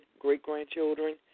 great-grandchildren